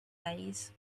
days